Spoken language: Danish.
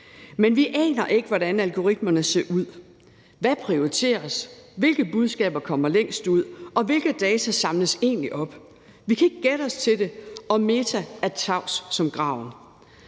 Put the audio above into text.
men vi aner ikke, hvordan algoritmerne ser ud. Hvad prioriteres? Hvilke budskaber kommer længst ud, og hvilke data samles egentlig op? Vi kan ikke gætte os til det, og Meta er tavs som graven.